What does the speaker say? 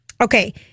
Okay